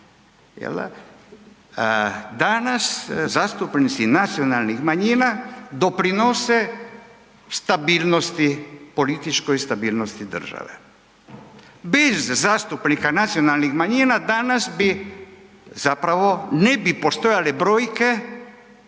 danas zastupnici nacionalnih manjina doprinose stabilnosti, političkoj stabilnosti države. Bez zastupnika nacionalnih manjina danas bi zapravo ne bi postojale brojke,